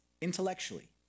intellectually